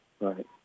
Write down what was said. right